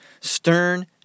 Stern